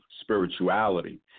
spirituality